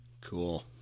Cool